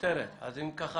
ואני אומר לכם,